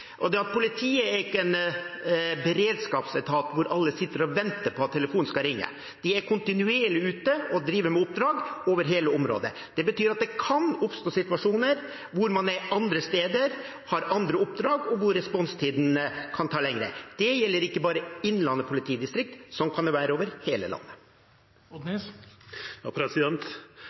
og det er at politiet er ikke en beredskapsetat hvor alle sitter og venter på at telefonen skal ringe. De er kontinuerlig ute og driver med oppdrag over hele området. Det betyr at det kan oppstå situasjoner hvor man er andre steder, har andre oppdrag, og hvor responstiden kan være lengre. Det gjelder ikke bare Innlandet politidistrikt, men slik kan det være over hele